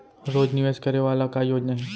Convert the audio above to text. रोज निवेश करे वाला का योजना हे?